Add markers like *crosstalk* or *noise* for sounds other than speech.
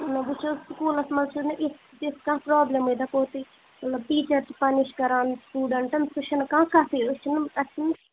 نہ بہٕ چھُس سکوٗلس منٛز چھِ نہ مےٚ یِژھ تِژھ کانٛہہ پرٛابلِمٕے دپو *unintelligible* مطلب ٹیٖچر چھِ پنِش کران سِٹوٗڈنٛٹَن سُہ چھُ نہٕ کانٛہہ کَتھٕے أسۍ چھِنہٕ اسہِ چھُ نہٕ